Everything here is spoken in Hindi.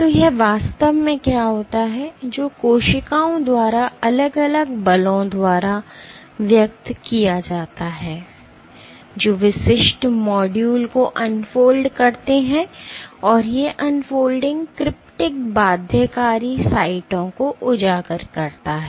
तो यह वास्तव में क्या होता है जो कोशिकाओं द्वारा अलग अलग बलों द्वारा व्यक्त किया जाता है जो विशिष्ट मॉड्यूल को अनफोल्ड करते हैं और ये अनफोल्डिंग क्रिप्टिक बाध्यकारी साइटों को उजागर करता है